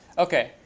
ok.